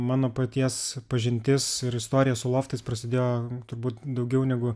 mano paties pažintis ir istorija su loftais prasidėjo turbūt daugiau negu